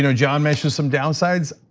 you know john mentioned some downsides,